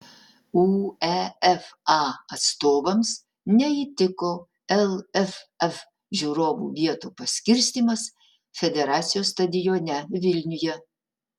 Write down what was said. uefa atstovams neįtiko lff žiūrovų vietų paskirstymas federacijos stadione vilniuje